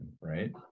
right